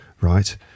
right